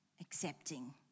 accepting